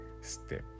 step